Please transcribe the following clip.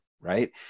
right